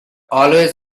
always